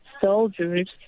soldiers